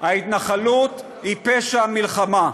ההתנחלות היא פשע מלחמה.